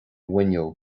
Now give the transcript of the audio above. bhfuinneog